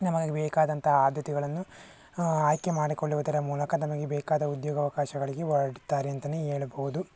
ನಮಗೆ ಬೇಕಾದಂತ ಆದ್ಯತೆಗಳನ್ನು ಆಯ್ಕೆ ಮಾಡಿಕೊಳ್ಳುವುದರ ಮೂಲಕ ತಮಗೆ ಬೇಕಾದ ಉದ್ಯೋಗವಕಾಶಗಳಿಗೆ ಹೊರಡ್ತಾರೆ ಅಂತಲೇ ಹೇಳಬೋದು